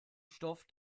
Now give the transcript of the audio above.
stoff